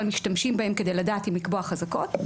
משתמשים בהם כדי לדעת אם לקבוע חזקות,